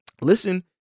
Listen